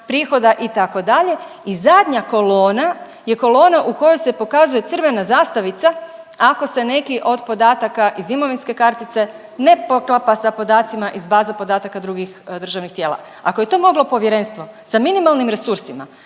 prihoda itd. I zadnja kolona je kolona u kojoj se pokazuje crvena zastavica ako se neki od podataka iz imovinske kartice ne poklapa sa podacima iz baza podataka drugih državnih tijela. Ako je to moglo povjerenstvo sa minimalnim resursima,